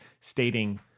stating